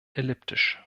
elliptisch